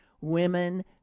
Women